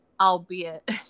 albeit